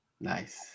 Nice